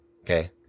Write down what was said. Okay